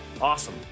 Awesome